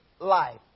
life